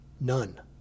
None